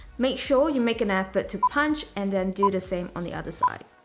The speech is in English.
make sure you make an effort to punch and then do the same on the other side.